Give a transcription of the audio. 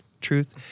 truth